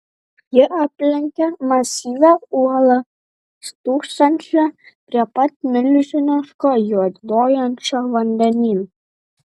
ji aplenkė masyvią uolą stūksančią prie pat milžiniško juoduojančio vandenyno